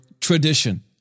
tradition